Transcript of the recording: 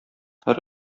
һәр